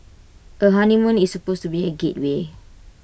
A honeymoon is supposed to be A gateway